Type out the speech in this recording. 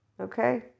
Okay